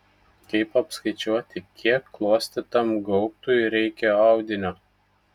kaip apskaičiuoti kiek klostytam gaubtui reikia audinio